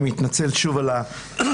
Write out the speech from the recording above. אני מתנצל שוב על האיחור.